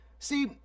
See